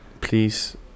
please